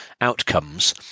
outcomes